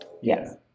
Yes